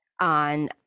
on